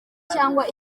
cyangwa